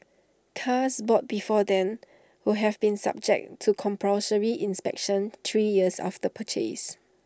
cars bought before then will have been subject to compulsory inspections three years after purchase